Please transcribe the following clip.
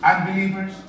unbelievers